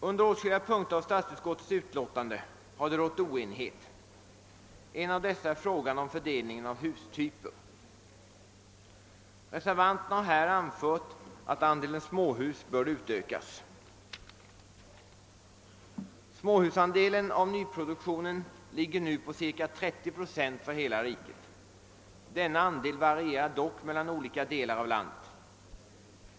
Om åtskilliga punkter i statsutskottets utlåtande har oenighet rått. En av dessa är frågan om fördelningen av hustyper. Reservanterna har här anfört att andelen småhus bör utökas. Småhusandelen av nyproduktionen ligger nu på ca 30 procent för hela riket. Denna andel varierar dock mellan olika delar av landet.